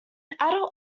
adult